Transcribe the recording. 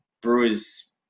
brewer's